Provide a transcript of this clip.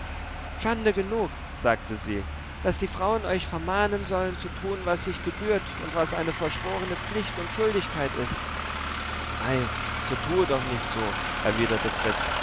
schande genug sagte sie daß die frauen euch vermahnen sollen zu tun was sich gebührt und was eine verschworene pflicht und schuldigkeit ist ei so tue doch nicht so erwiderte fritz